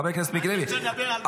חבר הכנסת מיקי לוי.